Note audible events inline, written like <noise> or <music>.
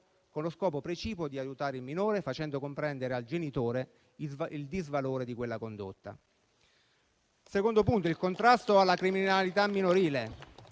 con lo scopo precipuo di aiutare il minore, facendo comprendere al genitore il disvalore di quella condotta. <applause> Il secondo punto è il contrasto alla criminalità minorile.